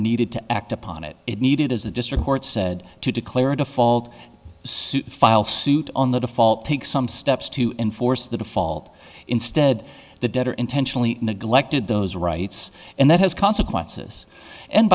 needed to act upon it it needed as a district court said to declare a default file suit on the default take some steps to enforce the default instead the debtor intentionally neglected those rights and that has consequences and